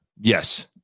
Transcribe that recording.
Yes